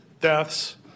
deaths